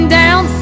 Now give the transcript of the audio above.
down